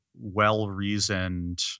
well-reasoned